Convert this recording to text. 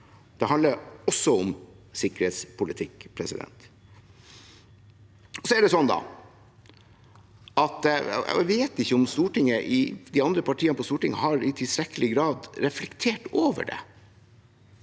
Det handler også om sikkerhetspolitikk. Jeg vet ikke om de andre partiene på Stortinget i tilstrekkelig grad har reflektert over det,